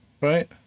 right